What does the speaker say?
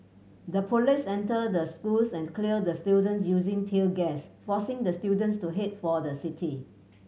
the police entered the schools and cleared the students using tear gas forcing the students to head for the city